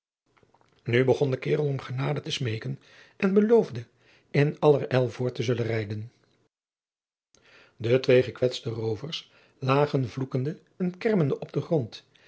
u begon de karel om genade te smeeken en beloofde in allerijl voort te zullen rijden e twee gekwetste roovers lagen vloekende en kermende op den grond